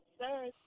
sir